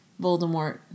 Voldemort